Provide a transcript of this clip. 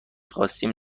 خواستیم